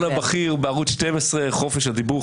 הפרשן הבכיר בערוץ 12 חופש הדיבור,